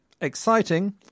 Exciting